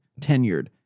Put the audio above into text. Tenured